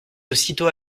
aussitôt